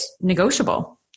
negotiable